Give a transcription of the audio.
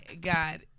God